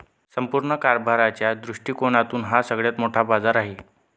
संपूर्ण कारभाराच्या दृष्टिकोनातून हा सगळ्यात मोठा बाजार आहे